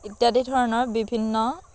ইত্যাদি ধৰণৰ বিভিন্ন